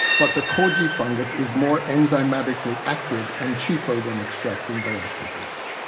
but the koji fungus is more enzymatically active and cheaper when extracting diastases.